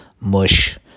mush